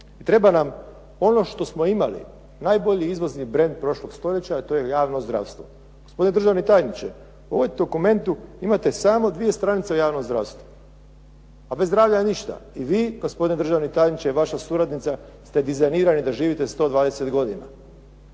treba nam ono što smo imali, najbolji izvozni brand prošlog stoljeća, a to je javno zdravstvo. Gospodine državni tajniče, u ovom dokumentu imate samo dvije stranice o javnom zdravstvu, a bez zdravlja ništa. I vi, gospodine državni tajniče i vaša suradnica ste dizajnirani da živite 120 godina.